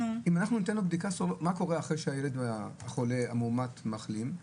מה קורה אחרי שהילד החולה המאומת מחלים?